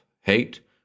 hate